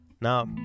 now